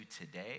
today